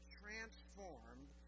transformed